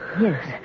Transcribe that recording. Yes